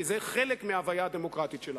כי זה חלק מההוויה הדמוקרטית שלנו.